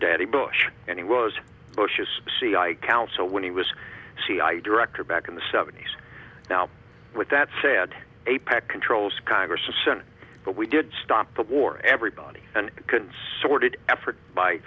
daddy bush and he was bush's cia counsel when he was cia director back in the seventies now with that said apec controls congress and soon but we did stop the war everybody and concerted effort by